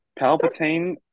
Palpatine